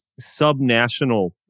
subnational